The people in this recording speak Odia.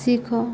ଶିଖ